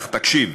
תקשיב